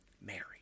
Mary